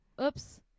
oops